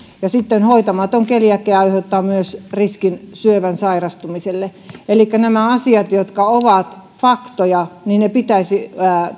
sitten hoitamaton keliakia aiheuttaa myös riskin syöpään sairastumiselle elikkä nämä asiat jotka ovat faktoja pitäisi